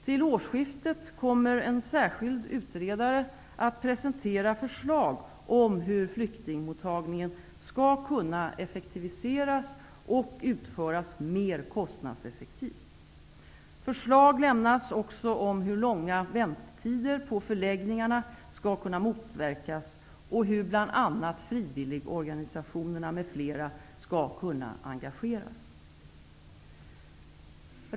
Till årsskiftet kommer en särskild utredare att presentera förslag om hur flyktingmottagningen skall kunna effektiviseras och utföras mer kostnadseffektivt. Förslag lämnas också om hur långa väntetider på förläggningarna skall kunna motverkas och hur bl.a. frivilligorganisationerna skall kunna engageras.